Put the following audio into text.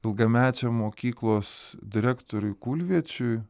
ilgamečiam mokyklos direktoriui kulviečiui